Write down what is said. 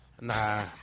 Nah